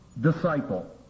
disciple